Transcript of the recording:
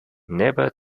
never